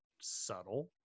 subtle